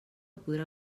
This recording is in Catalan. podrà